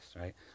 right